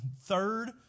third